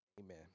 Amen